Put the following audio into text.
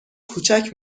کوچک